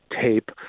tape